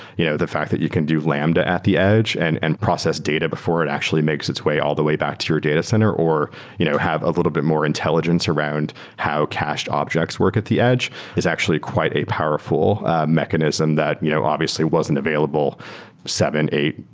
you know the fact that you can do lambda at the edge and and process data before it actually makes its way all the way back to your data center or you know have a little bit more intelligence around how cached objects work at the edge is actually quite a powerful mechanism that you know obviously wasn't available seven, eight,